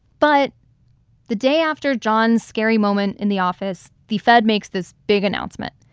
but the day after john's scary moment in the office, the fed makes this big announcement.